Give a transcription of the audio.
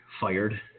fired